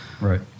Right